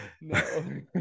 No